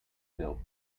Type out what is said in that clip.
built